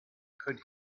could